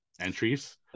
entries